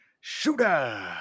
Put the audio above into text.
shooter